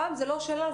הפעם זאת לא שאלה,